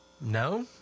no